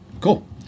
Cool